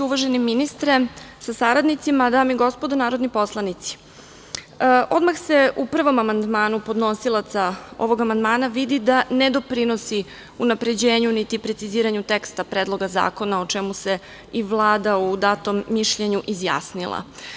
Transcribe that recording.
Uvaženi ministre sa saradnicima, dame i gospodo narodni poslanici, odmah se u prvom amandmanu podnosilaca ovog amandmana vidi da ne doprinosi unapređenju niti preciziranju teksta Predloga zakona o čemu se i Vlada u datom mišljenju izjasnila.